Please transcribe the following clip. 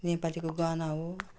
नेपालीको गहना हो